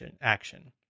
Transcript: action